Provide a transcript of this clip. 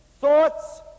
thoughts